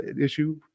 issue